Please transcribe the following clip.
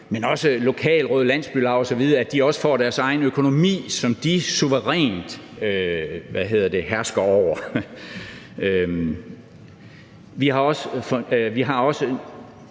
men også så lokalråd, landsbylaug osv. får deres egen økonomi, som de suverænt hersker over. Vi har også